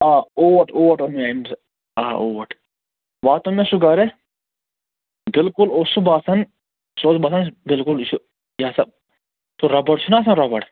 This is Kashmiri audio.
آ اوٹ اوٹ اوٚن مےٚ اَمہِ ساتہٕ آ اوٹ واتنوو مےٚ سُہ گرٕ بِلکُل اوس سُہ باسان سُہ اوس باسان بِلکُل یہِ چھُ یہِ ہسا سُہ رَبر چھُنا آسان رَبر